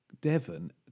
Devon